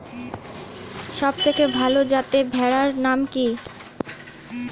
সবথেকে ভালো যাতে ভেড়ার নাম কি?